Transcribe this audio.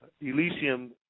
Elysium